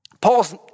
Paul's